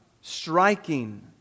Striking